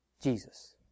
Jesus